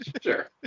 Sure